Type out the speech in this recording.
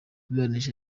iburanisha